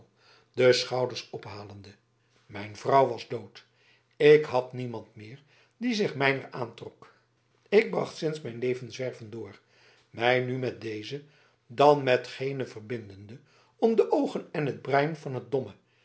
de schouders ophalende mijn vrouw was dood ik had niemand meer die zich mijner aantrok ik bracht sinds mijn leven zwervend door mij nu met dezen dan met genen verbindende om de oogen en het brein van het domme